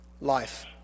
life